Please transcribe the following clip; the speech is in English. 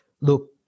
look